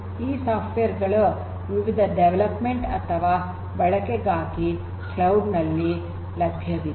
ಈ ಸಾಫ್ಟ್ವೇರ್ ಗಳು ವಿವಿಧ ಡೆವಲಪ್ಮೆಂಟ್ ಅಥವಾ ಬಳಕೆಗಾಗಿ ಕ್ಲೌಡ್ ನಲ್ಲಿ ಲಭ್ಯವಿವೆ